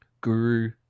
Guru